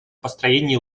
построении